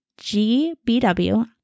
GBW